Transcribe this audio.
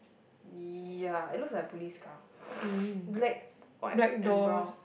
ya it looks like a police car black white and brown